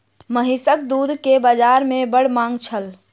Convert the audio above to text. महीसक दूध के बाजार में बड़ मांग छल